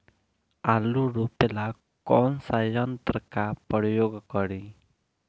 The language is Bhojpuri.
आलू रोपे ला कौन सा यंत्र का प्रयोग करी?